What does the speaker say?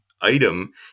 item